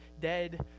dead